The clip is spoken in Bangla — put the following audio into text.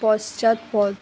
পশ্চাৎপদ